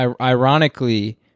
ironically